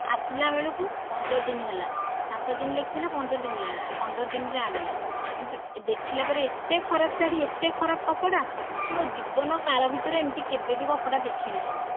ଆସିଲା ବେଳକୁ ପନ୍ଦର ଦିନ ହେଲା ସାତଦିନ ଲେଖିଥିଲା ପନ୍ଦର ଦିନ ହେଲା ପନ୍ଦର ଦିନରେ ଆଣିଲା କିନ୍ତୁ ଦେଖିଲା ପରେ ଏତେ ଖରାପ ଶାଢ଼ୀ ଏତେ ଖରାପ କପଡ଼ା ମୋ ଜୀବନ କାଳ ଭିତରେ ଏମିତି କେବେ ବି କପଡ଼ା ଦେଖିନଥିଲି